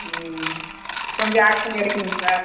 ம் கொஞ்சம் ஆக்ஷன் எடுக்கணும் சார்